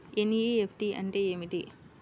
NEFT అంటే ఏమిటి?